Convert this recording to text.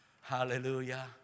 Hallelujah